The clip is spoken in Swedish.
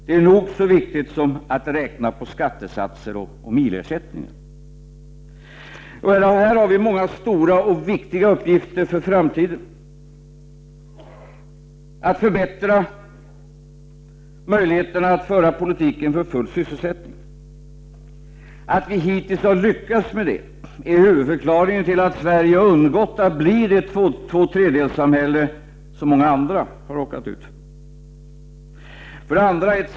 Det är nog så viktigt som att räkna på skattesatser och milersättningar. Här har vi många stora och viktiga uppgifter för framtiden. Att vi hittills har lyckats med att förbättra möjligheterna att föra politiken för full sysselsättning är huvudförklaringen till att Sverige har undgått att bli ett sådant tvåtredjedelssamhälle som många andra länder har förvandlats till.